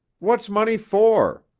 what's money for?